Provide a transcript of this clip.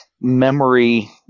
memory